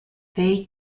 they